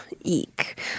eek